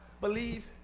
believe